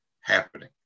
happening